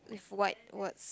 with white words